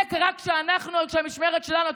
זה קרה במשמרת שלנו.